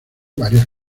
varias